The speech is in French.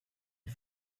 une